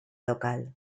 local